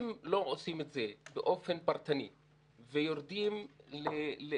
אם לא עושים את זה באופן פרטני ויורדים לזום,